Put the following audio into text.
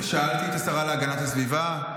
שאלתי את השרה להגנת הסביבה,